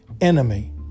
enemy